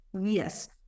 Yes